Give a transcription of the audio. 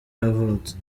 yavutse